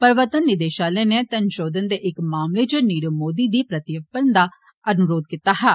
प्रवर्तन निदेषालय नै धन षोधन दे इक मामले च नीरव मोदी गी प्रत्यर्पण दा अनुरोध कीता हा